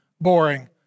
boring